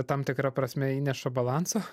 tam tikra prasme įneša balanso